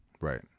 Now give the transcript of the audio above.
Right